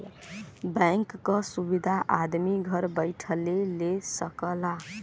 bank क सुविधा आदमी घर बैइठले ले सकला